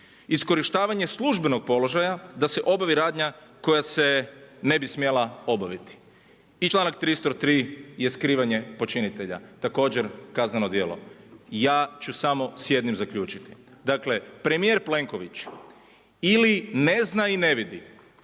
iskorištavanje službenog položaja da se obavi radnja koja se ne bi smjela obaviti i članak 303. je skrivanje počinitelja također kazneno djelo. Ja ću samo s jednim zaključiti, dakle premijer Plenković ili ne zna i ne vidi